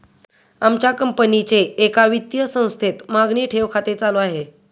आमच्या कंपनीचे एका वित्तीय संस्थेत मागणी ठेव खाते चालू आहे